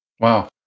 Wow